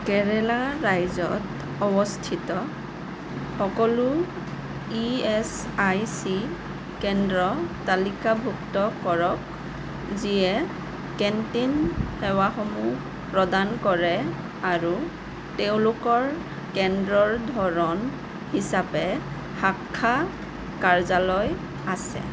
কেৰেলা ৰাজ্যত অৱস্থিত সকলো ই এছ আই চি কেন্দ্ৰ তালিকাভুক্ত কৰক যিয়ে কেন্টিন সেৱাসমূহ প্ৰদান কৰে আৰু তেওঁলোকৰ কেন্দ্ৰৰ ধৰণ হিচাপে শাখা কাৰ্যালয় আছে